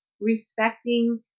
respecting